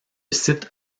site